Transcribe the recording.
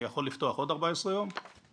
אני יכול לפתוח עוד 14 יום לגישתכם,